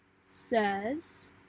says